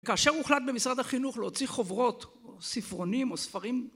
כאשר הוחלט במשרד החינוך להוציא חוברות או ספרונים או ספרים